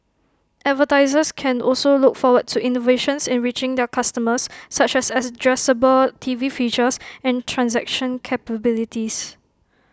advertisers can also look forward to innovations in reaching their customers such as addressable TV features and transaction capabilities